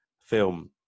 film